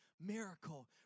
miracle